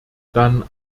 dann